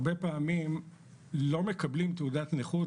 הרבה פעמים לא מקבלים תעודת נכות,